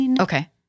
Okay